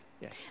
yes